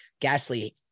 Gasly